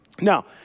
Now